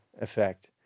effect